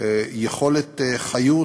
יכולת חיות